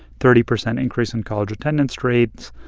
thirty percent increase in college attendance rates,